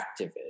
activist